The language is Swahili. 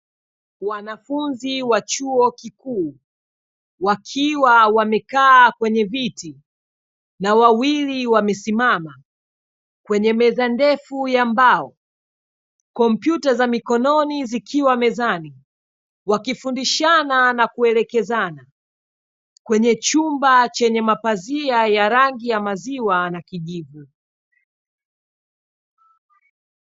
Wanafunzi wa chuo kikuu wakiwa wamekaa kwenye viti na wawili wamesimama kwenye meza ndefu ya mbao lompyuta za mikononi zikiwa mezani wakifundishana na kuelekezana kwenye chumba chenye mapazia ya rangi ya maziwa na kijivu.